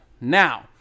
now